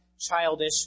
childish